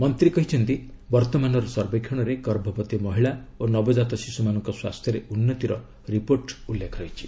ମନ୍ତ୍ରୀ କହିଛନ୍ତି ବର୍ତ୍ତମାନର ସର୍ବେକ୍ଷଣରେ ଗର୍ଭବତୀ ମହିଳା ଓ ନବଜାତ ଶିଶୁମାନଙ୍କ ସ୍ୱାସ୍ଥ୍ୟରେ ଉନ୍ନତିର ରିପୋର୍ଟ ଉଲ୍ଲେଖ ରହିଛି